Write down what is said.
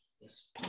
Yes